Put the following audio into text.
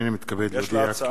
הנני מתכבד להודיע,